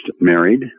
married